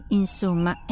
insomma